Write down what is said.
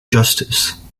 justice